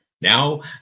now